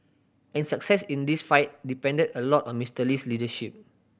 and success in this fight depended a lot on Mister Lee's leadership